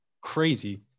crazy